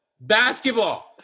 Basketball